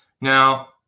now